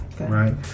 right